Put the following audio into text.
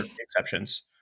exceptions